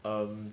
um